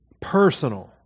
Personal